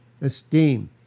esteem